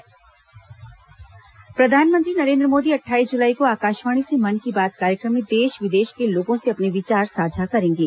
मन की बात प्रधानमंत्री नरेन्द्र मोदी अट्ठाईस जुलाई को आकाशवाणी से मन की बात कार्यक्रम में देश विदेश के लोगों से अपने विचार साझा करेंगे